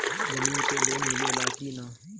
जमीन पे लोन मिले ला की ना?